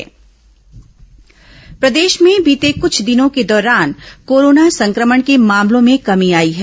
corona जागरूकता प्रदेश में बीते कुछ दिनों के दौरान कोरोना संक्रमण के मामलों में कमी आई है